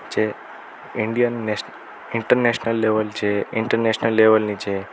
જે ઈન્ડિયન નેસ international level છે ઇન્ટરનેશનલ લેવલની છે